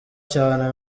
cyane